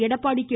Edappadi K